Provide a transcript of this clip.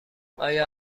آیا